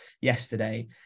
yesterday